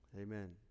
Amen